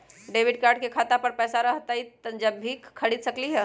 Debit card से खाता पर पैसा रहतई जब ही खरीद सकली ह?